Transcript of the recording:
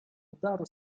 udaru